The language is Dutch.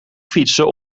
fietsen